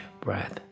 breath